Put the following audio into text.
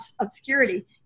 obscurity